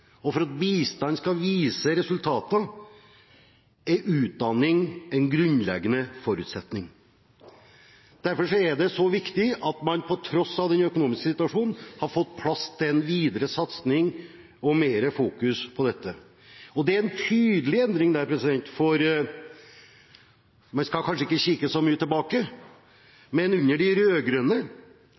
og for at bistand skal vise resultater, er utdanning en grunnleggende forutsetning. Derfor er det så viktig at man på tross av den økonomiske situasjonen, har fått plass til en videre satsing og mer fokus på dette. Det er en tydelig endring her, og vi skal kanskje ikke kikke så mye tilbake, men under de